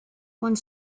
one